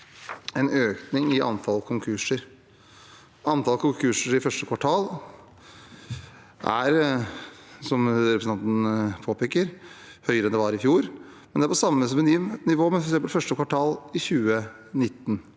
en økning i antall konkurser. Antall konkurser i første kvartal er, som representanten påpeker, høyere enn det var i fjor, men det er på samme nivå som f.eks. første kvartal i 2019.